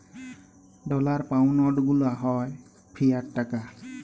dollar, pound গুলা হ্যয় fiat টাকা